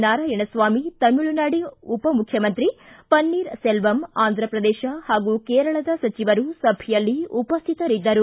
ನಾರಾಯಣಸ್ವಾಮಿ ತಮಿಳುನಾಡು ಉಪಮುಖ್ಯಮಂತ್ರಿ ಪನ್ನಿರಸೆಲ್ವಂ ಆಂಧಪ್ರದೇಶ ಮತ್ತು ಕೇರಳದ ಸಚಿವರು ಸಭೆಯಲ್ಲಿ ಉಪಸ್ಥಿತರಿದ್ದರು